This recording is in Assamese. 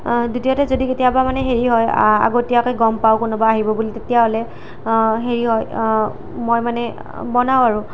দ্বিতীয়তে যদি কেতিয়াবা মানে হেৰি হয় আগতীয়াকৈ গম পাওঁ কোনোবা আহিব বুলি তেতিয়াহ'লে হেৰি হয় মই মানে বনাওঁ আৰু